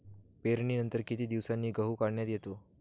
पेरणीनंतर किती दिवसांनी गहू काढण्यात येतो?